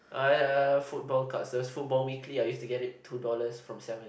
err football cards those football weekly I used to get it two dollars from Seven Eleven